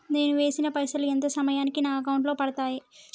నేను వేసిన పైసలు ఎంత సమయానికి నా అకౌంట్ లో పడతాయి?